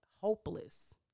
hopeless